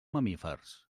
mamífers